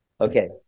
Okay